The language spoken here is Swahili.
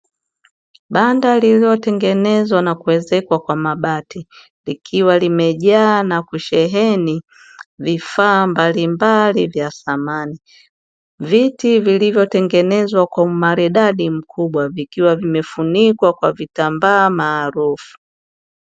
Banda lililotengenezwa na kuezekwa kwa mabati ikiwa limejaa na kusheheni vifaa mbalimbali vya samani, viti vilivyotengenezwa kwa umaridadi mkubwa vikiwa vimefunikwa kwa vitambaa maarufu.